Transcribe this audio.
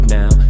now